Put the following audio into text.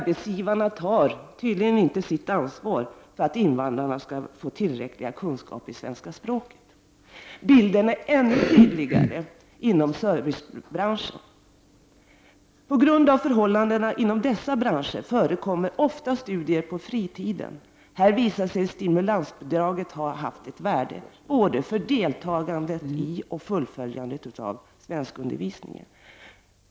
Bilden är ännu tydligare inom servicebranschen. På grund av förhållandena inom dessa branscher förekommer ofta studier på fritiden. Här visar sig stimulansbidraget ha haft ett värde både för deltagandet i och fullföljandet av svenskundervisningen.